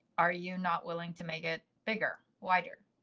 are you not willing to make it bigger wider.